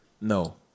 No